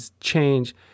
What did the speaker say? change